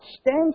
stand